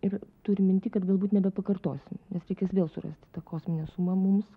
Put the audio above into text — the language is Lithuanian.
ir turim minty kad galbūt nebepakartosim nes reikės vėl surasti tą kosminę sumą mums